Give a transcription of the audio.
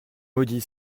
maudits